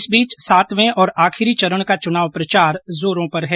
इस बीच सातवें और आखिरी चरण का चुनाव प्रचार जोरों पर है